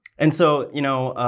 and so, you know,